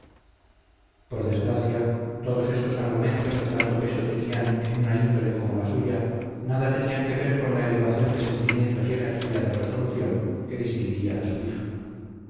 por desgracia todos estos argumentos que tanto peso tenían en una índole como la suya nada tenían que ver con la elevación de sentimientos y energía de resolución que distinguía a su hija